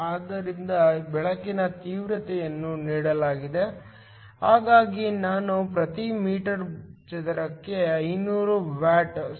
ಆದ್ದರಿಂದ ಬೆಳಕಿನ ತೀವ್ರತೆಯನ್ನು ನೀಡಲಾಗಿದೆ ಹಾಗಾಗಿ ನಾನು ಪ್ರತಿ ಮೀಟರ್ ಚದರಕ್ಕೆ 500 ವ್ಯಾಟ್ಸ್